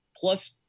plus